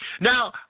Now